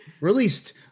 Released